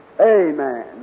Amen